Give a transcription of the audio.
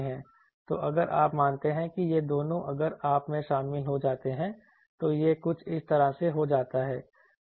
तो अगर आप मानते हैं कि ये दोनों अगर आप में शामिल हो जाते हैं तो यह कुछ इस तरह से हो जाता है